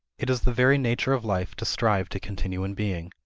it is the very nature of life to strive to continue in being.